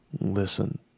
listen